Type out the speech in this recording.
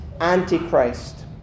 Antichrist